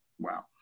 wow